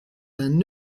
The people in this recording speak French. d’un